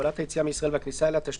(הגבלת היציאה מישראל והכניסה אליה)(תיקון מס' 5),